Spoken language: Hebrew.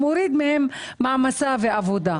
מוריד מהם מעמסה ועבודה.